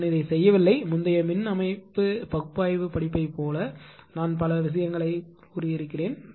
நான் இதை செய்யவில்லை முந்தைய மின் அமைப்பு பகுப்பாய்வு படிப்பைப் போல நான் பல விஷயங்களைச் சொன்னேன்